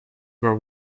were